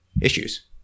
issues